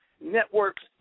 networks